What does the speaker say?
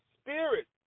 spirit